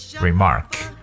remark